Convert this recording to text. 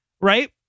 right